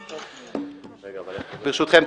ברשותכם,